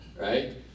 right